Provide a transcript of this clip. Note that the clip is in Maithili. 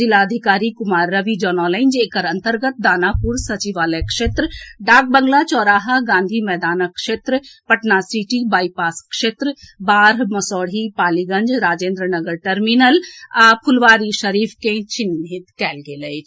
जिलाधिकारी कुमार रवि जनौलनि जे एकर अन्तर्गत दानापुर सचिवालय क्षेत्र डाकबंगला चौराहा गांधी मैदानक इलाका पटना सिटी बाईपास क्षेत्र बाढ़ मसौढ़ी पालीगंज राजेन्द्र नगर टर्मिनल आ फुलवारीशरीफ के चिन्हित कयल गेल अछि